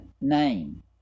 name